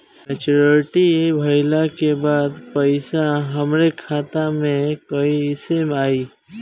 Maturity भईला के बाद पईसा हमरे खाता में कइसे आई?